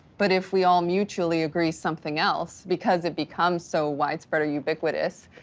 but if we all mutually agree something else, because it becomes so widespread or ubiquitous,